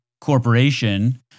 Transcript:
corporation